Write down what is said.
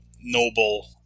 noble